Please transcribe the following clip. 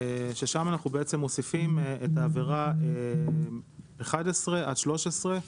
ששם אנחנו מוסיפים את העבירה 11 עד 13,